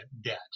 debt